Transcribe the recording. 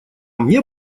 мне